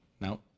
No